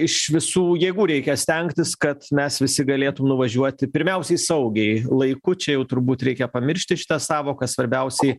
iš visų jėgų reikia stengtis kad mes visi galėtų nuvažiuoti pirmiausiai saugiai laiku čia jau turbūt reikia pamiršti šitą sąvoką svarbiausiai